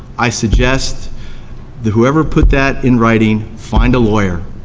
i suggest that whoever put that in writing, find a lawyer,